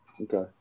Okay